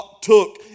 took